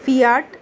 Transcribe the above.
Fiat